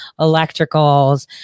Electricals